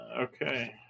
Okay